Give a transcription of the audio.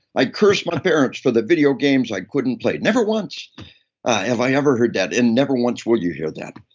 i curse my parents for the video games i couldn't play. never once have i ever heard that, and never once will you hear that.